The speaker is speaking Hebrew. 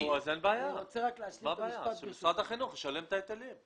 אני רוצה להשלים את המשפט.